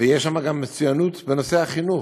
ויש שם גם מצוינות בנושא החינוך.